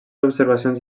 observacions